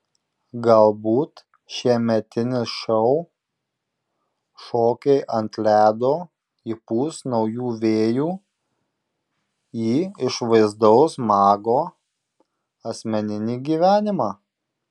galbūt šiemetinis šou šokiai ant ledo įpūs naujų vėjų į išvaizdaus mago asmeninį gyvenimą